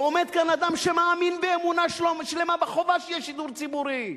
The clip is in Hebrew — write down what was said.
ועומד כאן אדם שמאמין באמונה שלמה בחובה שיהיה שידור ציבורי.